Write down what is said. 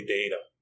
data